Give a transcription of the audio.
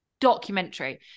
documentary